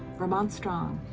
vermontstrong,